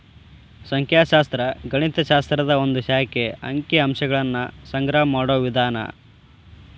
ಸಂಖ್ಯಾಶಾಸ್ತ್ರ ಗಣಿತ ಶಾಸ್ತ್ರದ ಒಂದ್ ಶಾಖೆ ಅಂಕಿ ಅಂಶಗಳನ್ನ ಸಂಗ್ರಹ ಮಾಡೋ ವಿಧಾನ